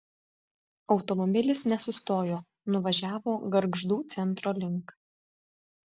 automobilis nesustojo nuvažiavo gargždų centro link